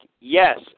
Yes